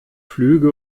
flügel